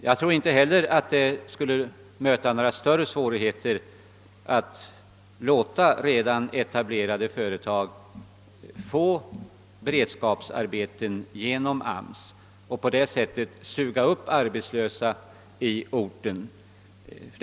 Jag tror inte heller att det skulle möta några större svårigheter att låta redan etablerade företag få beredskapsarbeten genom AMS och på det sättet suga upp arbetslösa på en ort.